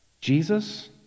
Jesus